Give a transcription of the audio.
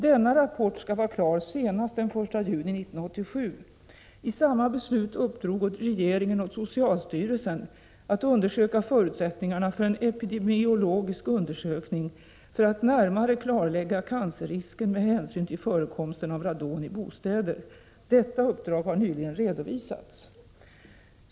Denna rapport skall vara klar senast den 1 juni 1987. I samma beslut uppdrog regeringen åt socialstyrelsen att undersöka förutsättningarna för en epidemiologisk undersökning för att närmare klarlägga cancerrisken med hänsyn till förekomsten av radon i bostäder. Detta uppdrag har nyligen redovisats.